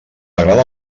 agrada